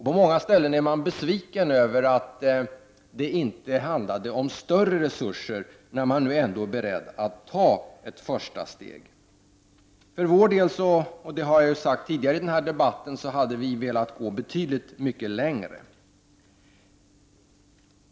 På många ställen är man besviken över att det inte handlade om större resurser, när man nu ändå är beredd att ta ett första steg. För vår del hade vi, som jag har sagt tidigare i den här debatten, velat gå betydligt längre.